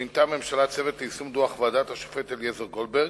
מינתה הממשלה צוות ליישום דוח ועדת השופט אליעזר גולדברג,